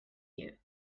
you